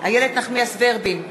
איילת נחמיאס ורבין,